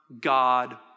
God